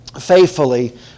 faithfully